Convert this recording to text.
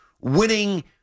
winning